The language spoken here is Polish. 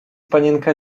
panienka